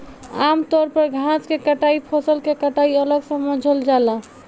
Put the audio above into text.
आमतौर पर घास के कटाई फसल के कटाई अलग समझल जाला